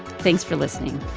thanks for listening